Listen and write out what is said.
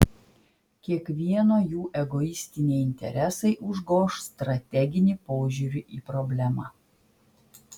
kiekvieno jų egoistiniai interesai užgoš strateginį požiūrį į problemą